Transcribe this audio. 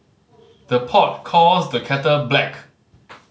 the pot calls the kettle black